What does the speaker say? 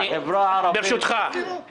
אני מצפה מכל חברי הוועדה שידאגו שהנושא הזה